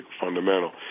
fundamental